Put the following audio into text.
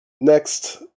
next